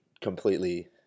completely